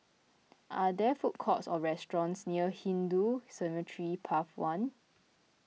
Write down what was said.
are there food courts or restaurants near Hindu Cemetery Path one